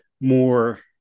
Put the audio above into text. more